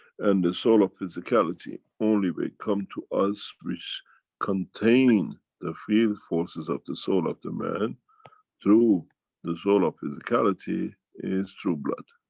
and the soul of physicality only will come to us which contain the field forces of the soul of the man through the soul of physicality, is through blood.